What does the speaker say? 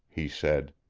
he said,